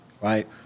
right